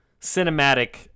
cinematic